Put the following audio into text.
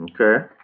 Okay